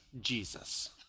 Jesus